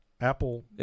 Apple